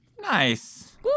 Nice